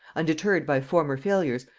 undeterred by former failures,